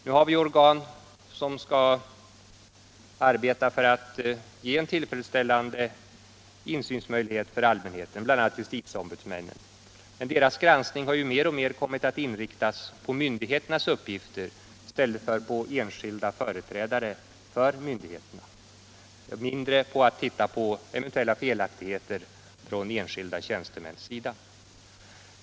Nu har vi organ som skall arbeta för att ge en tillfredsställande insynsmöjlighet för allmänheten, bl.a. justitieombudsmännen, men deras granskning har mer och mer kommit att inriktas på myndigheternas uppgifter, mindre på enskilda företrädare för myndigheterna och på eventuella felaktigheter från enskilda tjänstemäns sida.